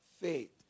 faith